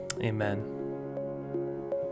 amen